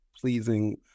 pleasing